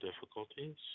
difficulties